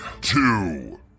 two